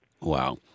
Wow